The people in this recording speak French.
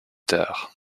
tard